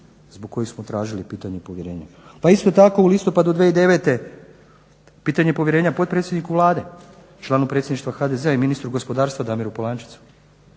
zbog kojih smo tražili pitanje povjerenja. Pa isto tako u listopadu 2009. pitanje povjerenja potpredsjedniku Vlade, članu Predsjedništva HDZ-a i ministru gospodarstva Damiru Polančecu.